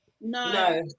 No